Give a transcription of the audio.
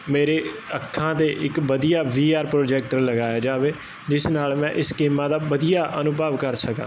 ਮੇਰੇ ਅੱਖਾਂ ਦੇ ਇੱਕ ਵਧੀਆ ਵੀਆਰ ਪ੍ਰੋਜੈਕਟ ਲਗਾਇਆ ਜਾਵੇ ਜਿਸ ਨਾਲ ਮੈਂ ਇਸ ਸਕੀਮਾਂ ਦਾ ਵਧੀਆ ਅਨੁਭਵ ਕਰ ਸਕਾਂ